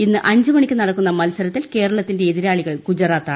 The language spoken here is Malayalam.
ഇന്ന് അഞ്ചു മണിക്ക് നടക്കുന്ന മത്സരത്തിൽ കേരളത്തിന്റെ എതിരാളികൾ ഗുജറാത്താണ്